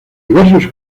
diversos